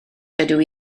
dydw